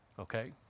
okay